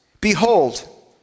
Behold